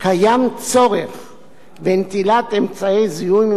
בנטילת אמצעי זיהוי ממסתננים באופן רחב,